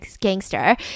gangster